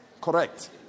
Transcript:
Correct